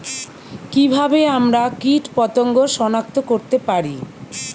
কিভাবে আমরা কীটপতঙ্গ সনাক্ত করতে পারি?